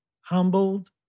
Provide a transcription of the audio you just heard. humbled